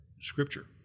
Scripture